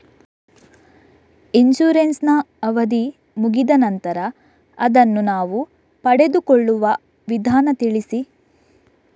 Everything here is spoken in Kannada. ಇನ್ಸೂರೆನ್ಸ್ ನ ಅವಧಿ ಮುಗಿದ ನಂತರ ಅದನ್ನು ನಾವು ಪಡೆದುಕೊಳ್ಳುವ ವಿಧಾನ ತಿಳಿಸಿ?